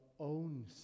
own